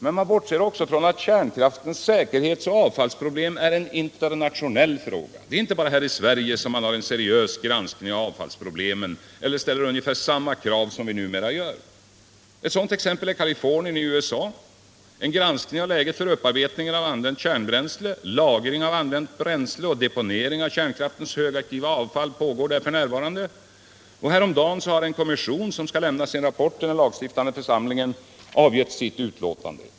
De bortser också från att kärnkraftens säkerhetsoch avfallsproblem är en internationell fråga. Det är inte bara här i Sverige som man har en seriös granskning av avfallsproblemen. Även på andra håll ställer man ungefär samma krav som vi numera gör. Exempel härpå är Kalifornien i USA. En granskning av läget för upparbetningen av använt kärnbränsle, lagringen av använt bränsle och deponeringen av kärnkraftens högaktiva avfall pågår där f. n. Häromdagen avgav en kommission, som skall lämna sin rapport till den lagstiftande församlingen, sitt utlåtande.